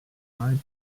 light